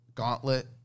Gauntlet